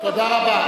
תודה רבה.